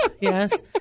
yes